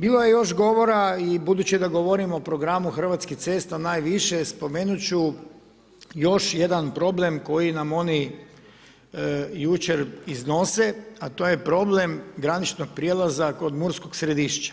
Bilo je još govora i budući da govorimo o programu Hrvatskih cesta najviše, spomenuti ću još jedan problem koji nam oni jučer iznose, a to je problem graničnog prijelaza kod Murskog Središća,